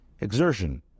exertion